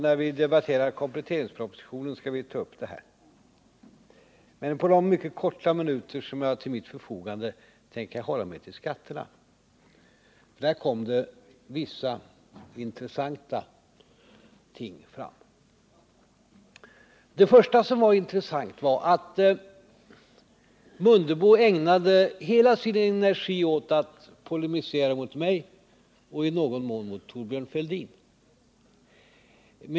Då vi debatterar kompletteringspropositionen skall vi ta upp detta. Men på de mycket få minuter som jag har till mitt förfogande tänker jag hålla mig till skatterna. Därvidlag kom det fram vissa intressanta ting. Ingemar Mundebo ägnade hela sin energi åt att polemisera mot mig och i någon mån mot Thorbjörn Fälldin.